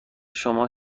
شما